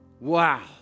Wow